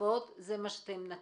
שריפות זה מה שנתתם.